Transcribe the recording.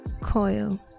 coil